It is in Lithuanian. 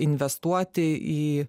investuoti į